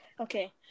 Okay